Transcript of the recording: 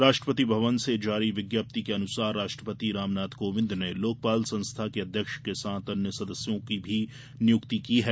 राष्ट्रपति भवन से जारी विज्ञप्ति के अनुसार राष्ट्रपति राम नाथ कोविंद ने लोकपाल संस्था के अध्यक्ष के साथ अन्य सदस्यों की भी नियुक्ति की है